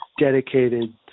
dedicated